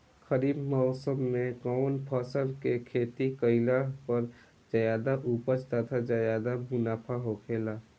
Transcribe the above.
खरीफ़ मौसम में कउन फसल के खेती कइला पर ज्यादा उपज तथा ज्यादा मुनाफा होखेला?